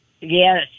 Yes